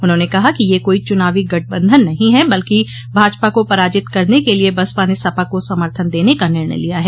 उन्होंने कहा कि यह कोई चुनावी गठबन्धन नहीं है बल्कि भाजपा को पराजित करने के लिए बसपा ने सपा को समर्थन देने का निर्णय लिया है